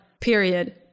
period